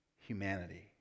humanity